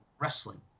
wrestling